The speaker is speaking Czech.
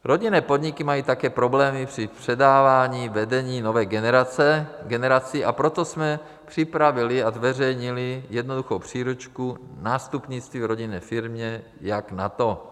Rodinné podniky mají také problémy při předávání vedení nové generaci, a proto jsme připravili a zveřejnili jednoduchou příručku Nástupnictví v rodinné firmě, jak na to.